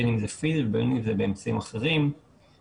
בין אם זה פיזית ובין אם זה באמצעים אחרים ולאפשר